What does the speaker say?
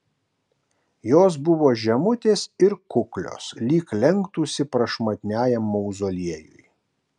jos buvo žemutės ir kuklios lyg lenktųsi prašmatniajam mauzoliejui